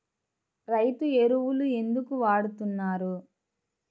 రైతు ఎరువులు ఎందుకు వాడుతున్నారు?